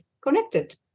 connected